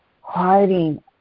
hiding